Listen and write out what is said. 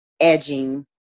edging